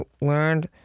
learned